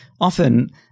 often